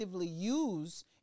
use